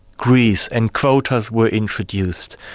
greece, and quotas were introduced.